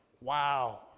Wow